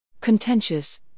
Contentious